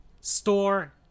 store